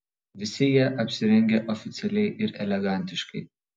visi jie apsirengę oficialiai ir elegantiškai